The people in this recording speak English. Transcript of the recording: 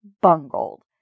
bungled